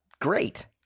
Great